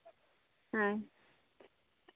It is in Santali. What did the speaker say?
ᱦᱳᱭ